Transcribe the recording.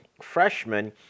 freshman